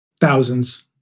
Thousands